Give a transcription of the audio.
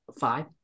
five